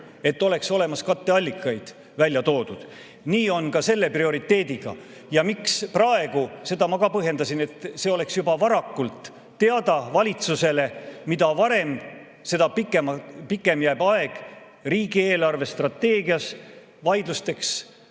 et oleks katteallikaid välja toodud, nii on ka selle prioriteediga. Ja miks praegu, seda ma ka põhjendasin: et see oleks juba varakult valitsusele teada. Mida varem, seda pikem aeg jääb riigi eelarvestrateegias vaidlusteks,